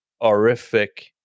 horrific